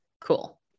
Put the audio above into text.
cool